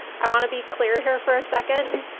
i want to be clear here for a second.